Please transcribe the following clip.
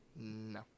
No